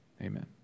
Amen